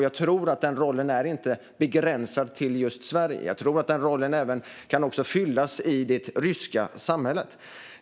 Jag tror inte att den rollen är begränsad till just Sverige. Jag tror att den rollen även kan finnas i det ryska samhället.